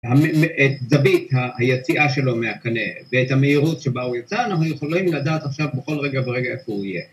את זווית היציאה שלו מהקנה ואת המהירות שבה הוא יצא אנחנו יכולים לדעת עכשיו בכל רגע ברגע איפה הוא יהיה